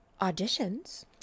auditions